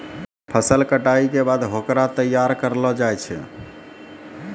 फसल कटाई के बाद होकरा तैयार करलो जाय छै